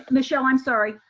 ah michelle, i'm sorry.